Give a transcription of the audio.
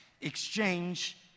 exchange